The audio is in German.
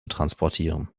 transportieren